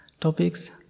topics